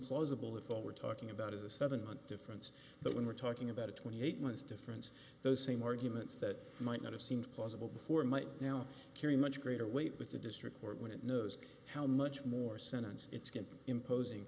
plausible if all we're talking about is a seven month difference but when we're talking about a twenty eight months difference those same arguments that might not have seemed plausible before might now carry much greater weight with the district court when it knows how much more sentence it's going to imposing